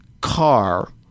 car